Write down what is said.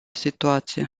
situație